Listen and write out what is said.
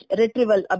retrieval